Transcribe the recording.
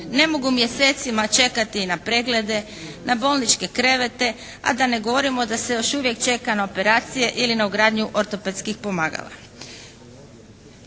ne mogu mjesecima čekati na preglede, na bolničke krevete, a da ne govorimo da se još uvijek čeka na operacije ili na ugradnju ortopedskih pomagala.